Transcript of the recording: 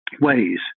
ways